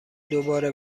دوباره